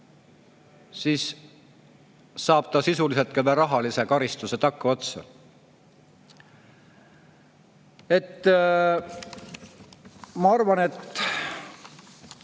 siis saab inimene sisuliselt ka veel rahalise karistuse takkaotsa. Ma arvan, et